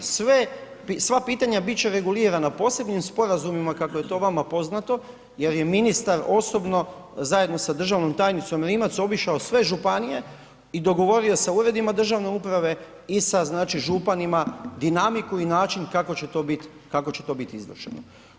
Sva pitanja bit će regulirana posebnim sporazumima kako je to vama poznato jer je ministar osobno zajedno sa državnom tajnicom Rimac, obišao sve županije i dogovorio sa uredima državne uprave i sa županima dinamiku i način kako će to biti izvršeno.